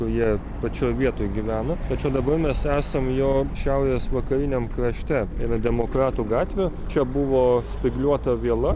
kur jie pačioj vietoj gyveno tačiau dabar mes esam jo šiaurės vakariniam krašte eina demokratų gatvė čia buvo spygliuota viela